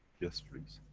yes please.